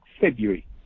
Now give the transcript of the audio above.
february